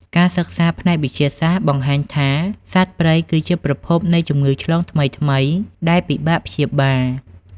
ការសិក្សាផ្នែកវិទ្យាសាស្ត្របង្ហាញថា សត្វព្រៃគឺជាប្រភពនៃជំងឺឆ្លងថ្មីៗដែលពិបាកព្យាបាល។